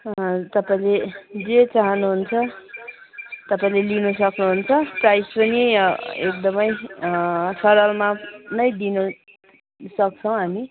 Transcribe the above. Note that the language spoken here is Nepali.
तपाईँले जे चहानुहुन्छ तपाईँले लिनु सक्नुहुन्छ प्राइज पनि एकदमै सरलमा नै दिनु सक्छौँ हामी